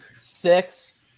six